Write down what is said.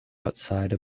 outside